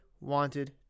wanted